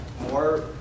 more